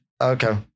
Okay